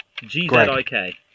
G-Z-I-K